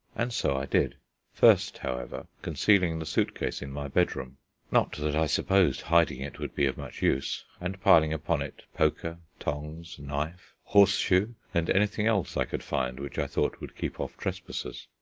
and so i did first, however, concealing the suit-case in my bedroom not that i supposed hiding it would be of much use and piling upon it poker, tongs, knife, horseshoe, and anything else i could find which i thought would keep off trespassers.